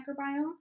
microbiome